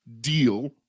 deal